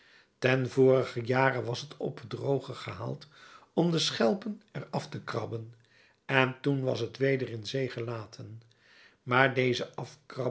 ten vorigen jare was het op het droog gehaald om de schelpen er af te krabben en toen was het weder in zee gelaten maar deze